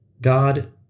God